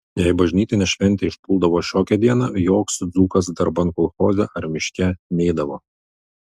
jei bažnytinė šventė išpuldavo šiokią dieną joks dzūkas darban kolchoze ar miške neidavo